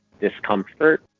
discomfort